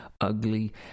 ugly